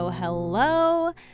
Hello